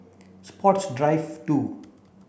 Sports Drive two